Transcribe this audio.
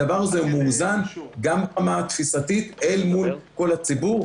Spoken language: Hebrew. הדבר הזה מאוזן גם ברמה התפיסתית אל מול כל הציבור.